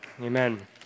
Amen